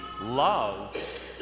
love